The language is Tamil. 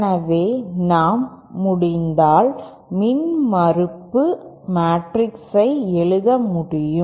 எனவே நாம் முடிந்தால் மின்மறுப்பு மேட்ரிக்ஸை எழுத முடியும்